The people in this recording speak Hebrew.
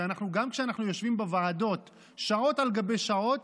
גם כשאנחנו יושבים בוועדות שעות על גבי שעות,